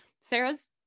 Sarah's